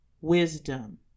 wisdom